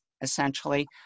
essentially